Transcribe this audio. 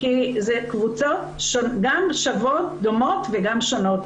כי אלו קבוצות דומות אבל שונות.